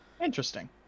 Interesting